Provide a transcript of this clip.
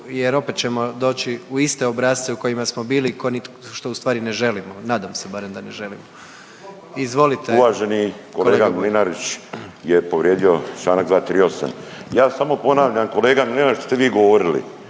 jer opet ćemo doći u iste obrasce u kojima smo bili što ustvari ne želimo, nadam se barem da ne želimo. Izvolite kolega Bulj. **Bulj, Miro (MOST)** Uvaženi kolega Mlinarić je povrijedio čl. 238., ja sam ponavljam kolega Mlinarić što ste vi govorili.